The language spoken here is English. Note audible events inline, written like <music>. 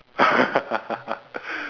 <laughs>